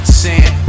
sand